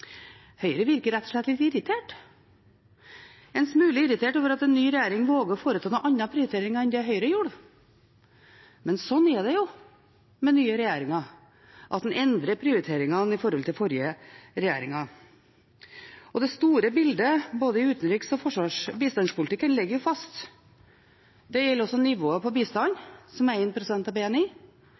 Høyre virker rett og slett litt irritert – en smule irritert over at en ny regjering våger å foreta noen andre prioriteringer enn det Høyre gjorde. Men slik er det jo med nye regjeringer – en endrer prioriteringene i forhold til tidligere regjeringer. Det store bildet i både utenrikspolitikken og bistandspolitikken ligger fast. Det gjelder også nivået på bistanden, som er 1 pst. av BNI,